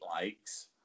likes